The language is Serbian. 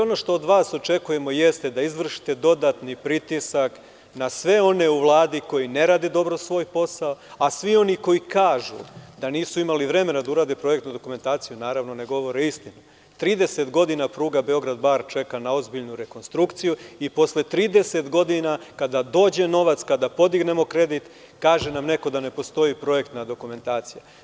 Ono što od vas očekujemo jeste da izvršite dodatni pritisak na sve one u Vladi koji ne rade svoj posao, a svi oni koji kažu da nisu imali vremena da urade projektnu dokumentaciju, ne govore istinu i 30 godina već, pruga Beograd – Bar čeka na ozbiljnu rekonstrukciju i posle 30 godina kada dođe novac, kada podignemo kredit, kaže nam neko da ne postoji projektna dokumentacija.